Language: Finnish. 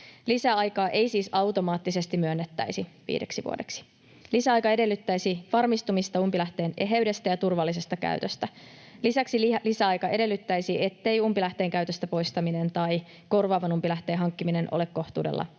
Lisäaikaa ei siis automaattisesti myönnettäisi viideksi vuodeksi. Lisäaika edellyttäisi varmistumista umpilähteen eheydestä ja turvallisesta käytöstä. Lisäksi lisäaika edellyttäisi, ettei umpilähteen käytöstä poistaminen tai korvaavan umpilähteen hankkiminen ole kohtuudella